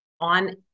on